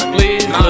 Please